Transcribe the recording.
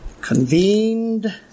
convened